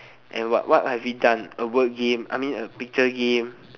and what what have we done a word game I mean a picture game